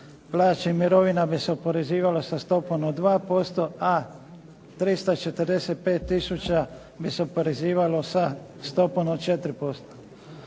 plaća i mirovina bi se oporezivalo sa stopom od 2% a 345 tisuća bi se oporezivalo sa stopom od 4%.